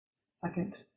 Second